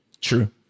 True